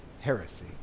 heresy